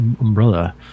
umbrella